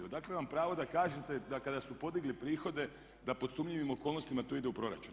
Odakle vam pravo da kažete da kada su podigli prihode da pod sumnjivim okolnostima to ide u proračun.